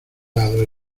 dado